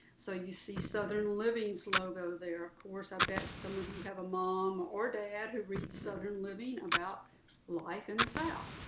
so you see southern living's logo there. of course, i bet some of you have a mom, or a dad, who read southern living about life in the south.